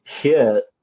hit